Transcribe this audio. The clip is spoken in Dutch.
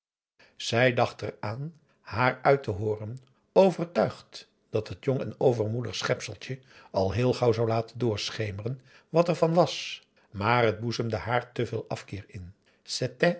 zij dacht eraan haar uit te hooren overtuigd dat het jong en overmoedig schepseltje al heel gauw zou laten doorschemeren wat ervan was maar het boezemde aum boe akar eel te veel afkeer in